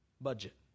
budget